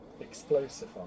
explosive